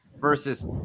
versus